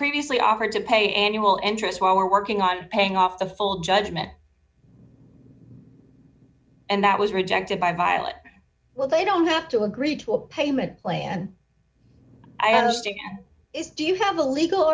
previously offered to pay annual interest while we are working on paying off the full judgment and that was rejected by violet well they don't have to agree to a payment plan i asked again do you have a legal